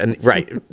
Right